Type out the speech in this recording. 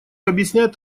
объясняет